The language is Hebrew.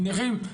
נכים,